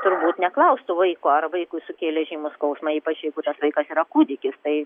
turbūt neklaustų vaiko ar vaikui sukėlė žymų skausmą ypač jeigu tas vaikas yra kūdikis tai